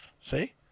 see